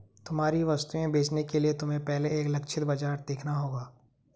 तुम्हारी वस्तुएं बेचने के लिए तुम्हें पहले एक लक्षित बाजार देखना होगा